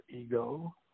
ego